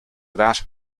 that